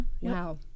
Wow